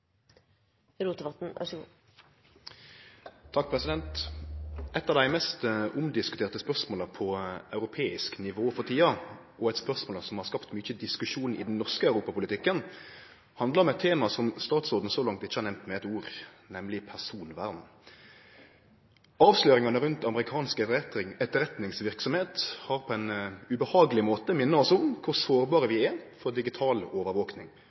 Eit av dei mest omdiskuterte spørsmåla på europeisk nivå for tida – eit spørsmål som òg har skapt mykje diskusjon i den norske europapolitikken – handlar om eit tema som statsråden så langt ikkje har nemnt med eit ord, nemleg personvern. Avsløringane rundt amerikansk etterretningsverksemd har på ein ubehageleg måte mint oss om kor sårbare vi er for digital